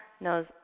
knows